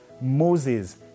Moses